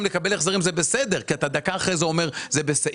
לקבל החזרים כי אתה דקה זה אומר שזה בסדר.